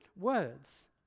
words